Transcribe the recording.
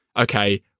okay